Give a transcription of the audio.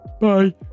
bye